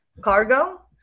cargo